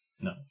No